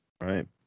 Right